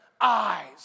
eyes